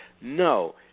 no